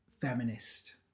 feminist